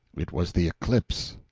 it was the eclipse.